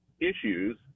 issues